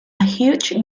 huge